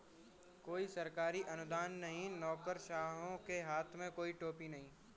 कोई सरकारी अनुदान नहीं, नौकरशाहों के हाथ में कोई टोपी नहीं